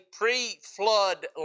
pre-flood